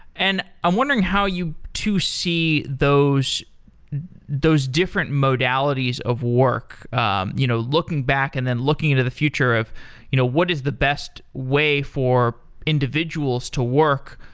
and i'm wondering how you two see those those different modalities of work um you know looking back and then looking into the future of you know what is the best way for individuals to work,